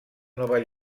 nova